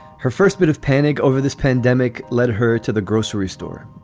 her first bit of panic over this pandemic led her to the grocery store,